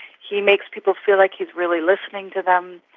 he makes people feel like he's really listening to them.